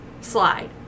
slide